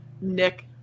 Nick